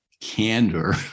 candor